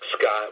Scott